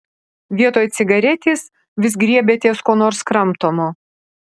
vietoj cigaretės vis griebiatės ko nors kramtomo